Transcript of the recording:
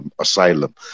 asylum